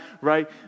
right